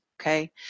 okay